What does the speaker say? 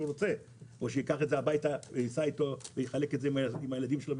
שייקח הביתה ויחלק את זה עם הילדים שלו.